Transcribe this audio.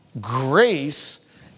grace